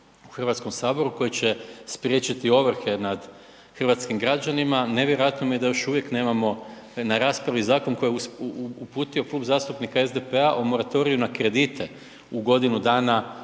Hrvatskome saboru koji će spriječiti ovrhe nad hrvatskim građanima, nevjerojatno mi je da još uvijek nemamo na raspravi zakon koji je uputio Klub zastupnika SDP-a o moratoriju na kredite u godinu dana